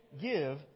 give